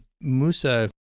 Musa